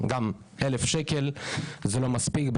גם 1,000 שקל זה לא מספיק.